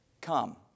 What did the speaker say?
come